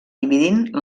dividint